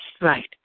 Right